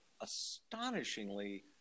astonishingly